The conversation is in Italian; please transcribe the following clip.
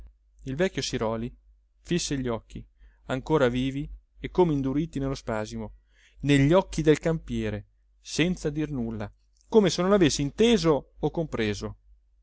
il vecchio siròli fisse gli occhi ancora vivi e come induriti nello spasimo negli occhi del campiere senza dir nulla come se non avesse inteso o compreso